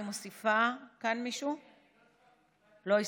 אני מוסיפה, לא הספקת.